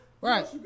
Right